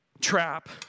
trap